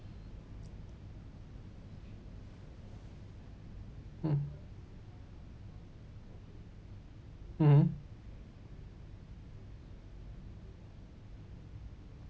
mm mmhmm